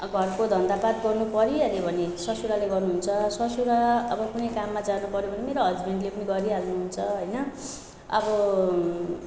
घरको धन्दापात गर्नु परिहाल्यो भने ससुराले गर्नुहुन्छ ससुरा अब कुनै काममा जानुपऱ्यो भने मेरो हस्बेन्डले पनि गरिहाल्नु हुन्छ होइन अब